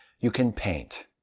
you can paint.